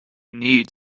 need